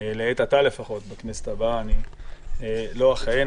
שלעת עתה לפחות בכנסת הבאה לא אכהן,